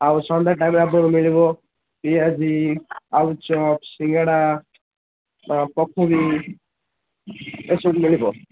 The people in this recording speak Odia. ଆଉ ସନ୍ଧ୍ୟା ଟାଇମ୍ରେ ଆପଣଙ୍କୁ ମିଳିବ ପିଆଜି ଆଳୁଚପ୍ ସିଙ୍ଗେଡ଼ା ପକୁଡ଼ି ଏସବୁ ମିଳିବ